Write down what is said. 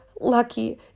lucky